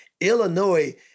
Illinois